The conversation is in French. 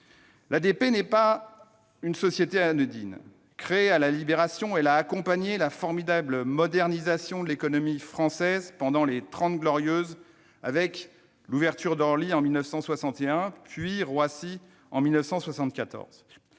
ADP n'est pas une société anodine. Créée à la Libération, elle a accompagné la formidable modernisation de l'économie française pendant les Trente Glorieuses, avec l'ouverture d'Orly en 1961, puis de Roissy en 1974.